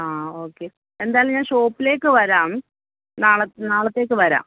ആ ഓക്കെ എന്തായാലും ഞാൻ ഷോപ്പിലേക്ക് വരാം നാളെ നാളത്തേക്ക് വരാം